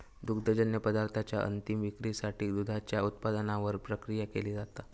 दुग्धजन्य पदार्थांच्या अंतीम विक्रीसाठी दुधाच्या उत्पादनावर प्रक्रिया केली जाता